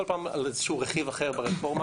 כל פעם על איזה שהוא רכיב אחר ברפורמה,